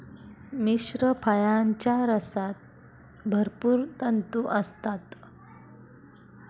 मिश्र फळांच्या रसात भरपूर तंतू असतात